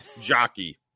jockey